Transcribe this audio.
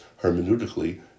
hermeneutically